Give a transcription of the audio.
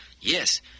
Yes